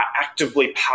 actively